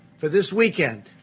for this weekend.